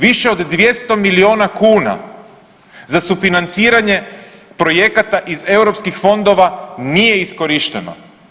Više od 200 milijuna kuna za sufinanciranje projekata iz europskih fondova nije iskorišteno.